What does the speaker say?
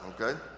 okay